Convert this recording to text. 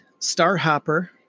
Starhopper